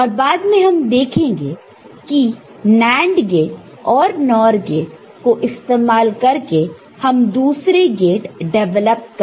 और बाद में हम देखेंगे कि NAND गेट और NOR गेट को इस्तेमाल करके हम दूसरे गेट डेवलप कर सकते हैं